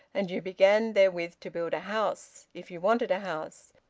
and you began therewith to build a house, if you wanted a house,